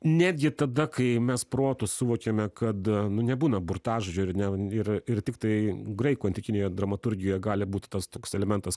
netgi tada kai mes protu suvokiame kad nu nebūna burtažodžio ar ne ir ir tiktai graikų antikinėje dramaturgijoje gali būti tas toks elementas